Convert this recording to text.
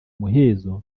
muhezo